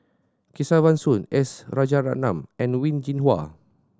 Kesavan Soon S Rajaratnam and Wen Jinhua